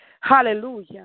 Hallelujah